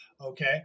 Okay